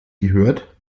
gehört